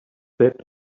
that